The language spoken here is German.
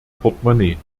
portemonnaie